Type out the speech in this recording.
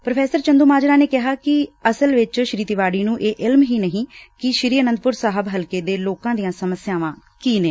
pro Chandumajra ਨੇ ਕਿਹਾ ਕਿ ਅਸਲ ਵਿਚ ਸ੍ਰੀ ਤਿਵਾਤੀ ਨੂੰ ਇਹ ਇਲਮ ਹੀ ਨਹੀਂ ਕਿ ਸ੍ਰੀ ਆਨੰਦਪੁਰ ਸਾਹਿਬ ਹਲਕੇ ਦੇ ਲੋਕਾਂ ਦੀਆਂ ਸੱਮਸਿਆਵਾਂ ਕੀ ਨੇ